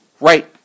Right